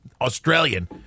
Australian